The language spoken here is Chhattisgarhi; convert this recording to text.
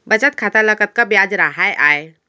बचत खाता ल कतका ब्याज राहय आय?